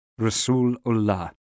Rasulullah